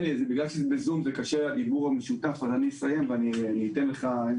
בגלל שזה בזום קשה הדיבור המשותף אז אני אסיים ואתן לך לשאול,